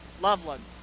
Loveland